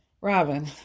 Robin